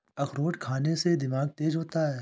अखरोट खाने से दिमाग तेज होता है